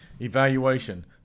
Evaluation